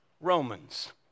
Romans